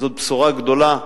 זאת בשורה גדולה,